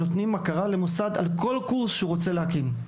אנחנו נותנים הכרה למוסד על כל קורס שהוא רוצה להקים.